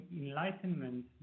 enlightenment